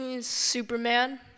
Superman